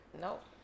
Nope